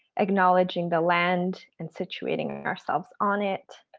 acknowledging the land and situating ourselves on it,